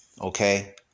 Okay